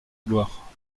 gloire